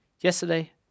Yesterday